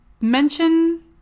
Mention